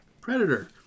Predator